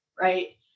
right